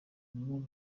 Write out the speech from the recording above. nanone